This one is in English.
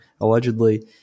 Allegedly